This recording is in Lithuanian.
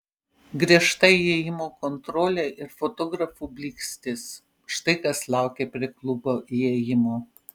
griežta įėjimo kontrolė ir fotografų blykstės štai kas laukė prie klubo įėjimo